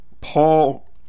Paul